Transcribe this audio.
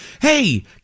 hey